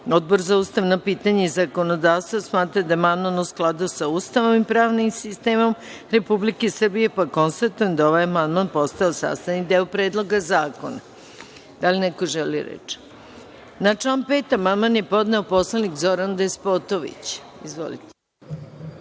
Odbor za ustavno pitanje i zakonodavstvo smatra da je amandman u skladu sa Ustavom i pravnim sistemom Republike Srbije, pa konstatujem da je ovaj amandman postao sastavni deo Predloga zakona. Da li neko želi reč? Na član 5. amandman je podneo narodni poslanik Zoran Despotović. Izvolite.